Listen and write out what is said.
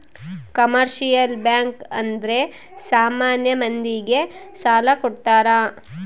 commercial bank ಅಂದ್ರೆ ಸಾಮಾನ್ಯ ಮಂದಿ ಗೆ ಸಾಲ ಕೊಡ್ತಾರ